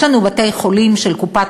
יש לנו בתי-חולים של קופת-חולים,